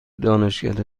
دانشکده